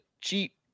cheap